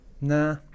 nah